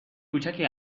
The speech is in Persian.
کوچکی